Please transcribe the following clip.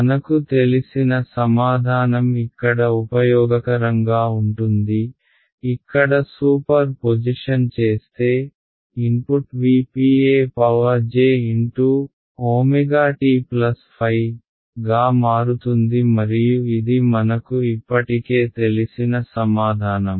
మనకు తెలిసిన సమాధానం ఇక్కడ ఉపయోగకరంగా ఉంటుంది ఇక్కడ సూపర్ పొజిషన్ చేస్తే input V p e j ω tϕ గా మారుతుంది మరియు ఇది మనకు ఇప్పటికే తెలిసిన సమాధానం